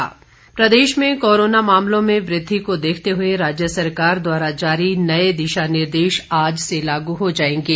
दिशा निर्दे श प्रदेश में कोरोना मामलों में वृद्धि को देखते हुए राज्य सरकार द्वारा जारी नए दिशा निर्देश आज से लागू हो जाएंगे